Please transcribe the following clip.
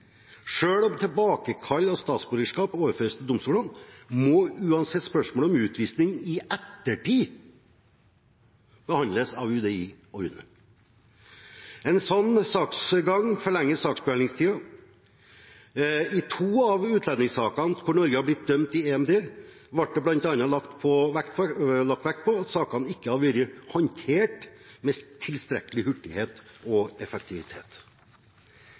om tilbakekall av statsborgerskap overføres til domstolene, må uansett spørsmålet om utvisning – i ettertid – behandles av UDI og UNE. En slik saksgang forlenger saksbehandlingstiden. I to av utlendingssakene hvor Norge er blitt dømt i EMD, ble det bl.a. lagt vekt på at sakene ikke hadde blitt håndtert med tilstrekkelig hurtighet og effektivitet.